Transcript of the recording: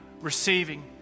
receiving